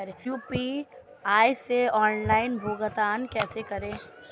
UPI से online भुगतान कैसे करें?